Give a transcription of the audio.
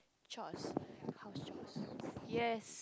chores house chores yes